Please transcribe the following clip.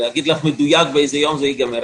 אני לא יודע להגיד לך מדויק באיזה יום זה ייגמר,